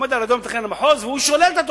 שעומד מתכנן המחוז ושולל את התוכנית.